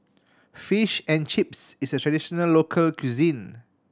fish and Chips is a traditional local cuisine